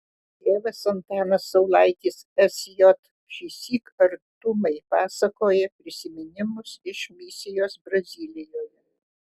tėvas antanas saulaitis sj šįsyk artumai pasakoja prisiminimus iš misijos brazilijoje